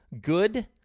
good